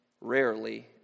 Rarely